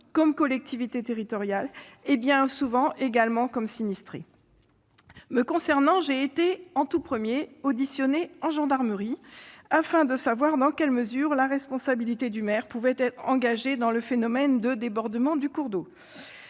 comme collectivité territoriale, et bien souvent également comme sinistrée. Pour ma part, j'ai été en tout premier auditionnée par la gendarmerie afin de savoir dans quelle mesure la responsabilité du maire pouvait être engagée dans le phénomène de débordement du cours d'eau.